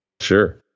Sure